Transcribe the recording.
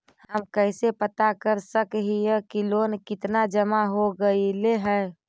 हम कैसे पता कर सक हिय की लोन कितना जमा हो गइले हैं?